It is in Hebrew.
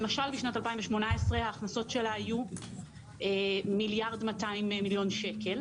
למשל בשנת 2018 ההכנסות שלהן היו 1.2 מיליארד שקל,